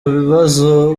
bibazo